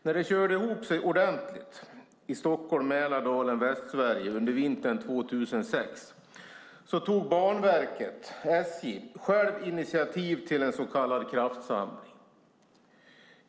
När det körde ihop sig ordentligt i Stockholm, Mälardalen och Västsverige under vintern 2006 tog Banverket och SJ själva initiativ till en så kallad kraftsamling.